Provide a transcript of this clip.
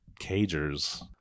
cagers